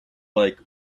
like